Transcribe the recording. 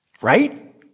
right